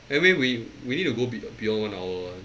maybe we we need to go be~ beyond one hour one